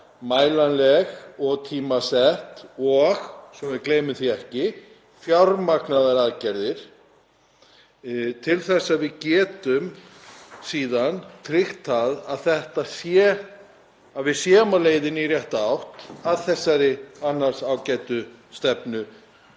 mælanlegar, tímasettar og, svo við gleymum því ekki, fjármagnaðar aðgerðir til þess að við getum tryggt að við séum á leiðinni í rétta átt í þessari annars ágætu stefnu